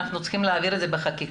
אנחנו צריכים להעביר את זה בחקיקה?